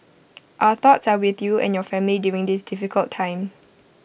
our thoughts are with you and your family during this difficult time